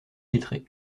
lettré